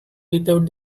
without